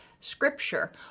scripture